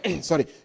sorry